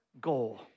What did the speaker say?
goal